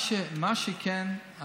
מה שכן,